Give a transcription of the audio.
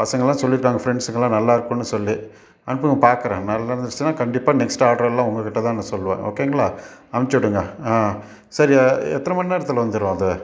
பசங்களாம் சொல்லிட்டாங்க ஃப்ரெண்ட்ஸுக்கெலாம் நல்லாயிருக்குனு சொல்லி அனுப்புங்க பார்க்குறேன் நல்லாருந்துச்சுன்னா கண்டிப்பாக நெக்ஸ்ட்டு ஆட்ரெல்லாம் உங்கக்கிட்டதான் நான் சொல்லுவேன் ஓகேங்களா அமுச்சு விடுங்க ஆ சரி எத்தனை மணி நேரத்தில் வந்துடும் அது